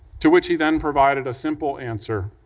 to which he then provided a simple answer.